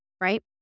right